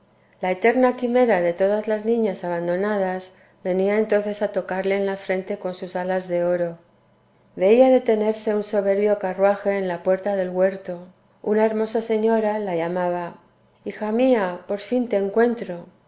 la eterna quimera de todas las niñas abandonadas venía entonces a tocarle en la frente con sus alas de oro veía detenerse un soberbio carruaje en la puerta del huerto una hermosa señora la llamaba hija mía por fin te encuentro